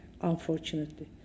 unfortunately